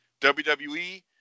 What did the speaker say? WWE